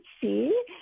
see